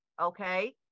Okay